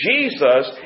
Jesus